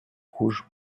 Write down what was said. rouge